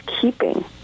keeping